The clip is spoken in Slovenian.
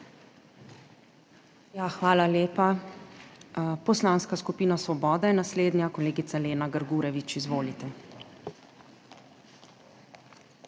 Hvala lepa. Poslanska skupina Svoboda je naslednja, kolegica Lena Grgurevič. Izvolite.